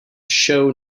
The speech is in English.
show